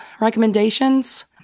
recommendations